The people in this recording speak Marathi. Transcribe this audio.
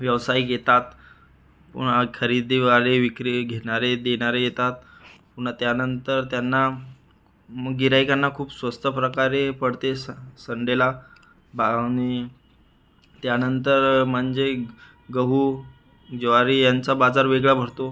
व्यावसायिक येतात पुन्हा खरेदीवाले विक्री घेणारे देणारे येतात पुन्हा त्यानंतर त्यांना मग गिऱ्हाईकांना खूप स्वस्त प्रकारे पडते स संडेला बा आणि त्यानंतर म्हणजे गहू ज्वारी यांचा बाजार वेगळा भरतो